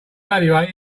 evaluate